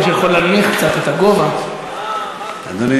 אדוני